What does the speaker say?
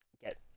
get